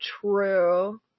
true